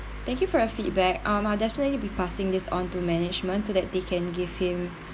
thank you for your feedback I'll definitely be passing this on to management so that they can give him